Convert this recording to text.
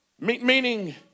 Meaning